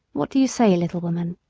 what do you say, little woman?